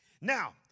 Now